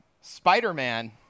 Spider-Man